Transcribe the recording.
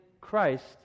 Christ